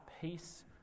peace